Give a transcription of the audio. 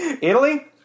Italy